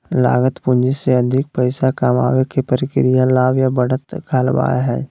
लागत पूंजी से अधिक पैसा कमाबे के प्रक्रिया लाभ या बढ़त कहलावय हय